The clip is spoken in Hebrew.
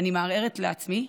אני מהרהרת לעצמי,